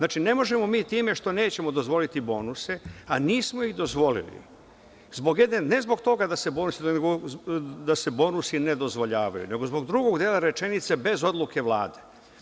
Ne možemo mi time što nećemo dozvoliti bonuse, a nismo ih dozvolili ne zbog toga da se bonusi ne dozvoljavaju, nego zbog drugog dela rečenice – bez odluke Vlade.